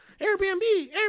Airbnb